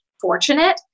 fortunate